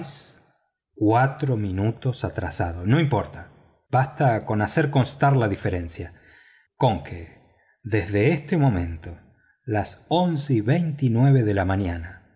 cuatro minutos atrasado no importa basta con hacer constar la diferencia conque desde este momento las once y veintinueve de la mañana